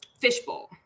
Fishbowl